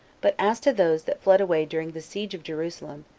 but as to those that fled away during the siege of jerusalem,